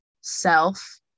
self